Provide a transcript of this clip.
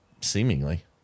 seemingly